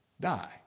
die